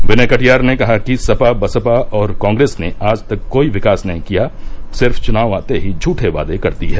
विनय कटियार ने कहा कि सपा बसपा और कांप्रेस आज तक कोई विकास नहीं किया सिर्फ चनाव आते ही झठे वादे करती है